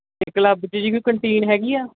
ਅਤੇ ਕਲੱਬ 'ਚ ਜੀ ਕੋਈ ਕੰਟੀਨ ਹੈਗੀ ਆ